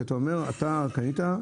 קנית,